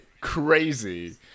crazy